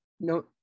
no